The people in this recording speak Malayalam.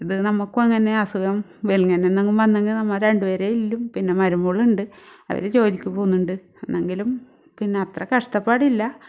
ഇത് നമുക്കും അങ്ങനെ അസുഖം വെലുങ്ങനേന്നങ്ങും വന്നെങ്കിൽ നമ്മൾ രണ്ട് പേരെ ഇല്ലും പിന്നെ മരുമോളുണ്ട് അവർ ജോലിക്ക് പോകുന്നുണ്ട് എന്നെങ്കിലും പിന്നെയത്ര കഷ്ടപ്പാടില്ല